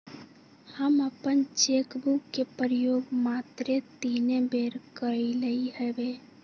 हम अप्पन cheque book के प्रयोग मातरे तीने बेर कलियइ हबे